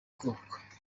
kubakwa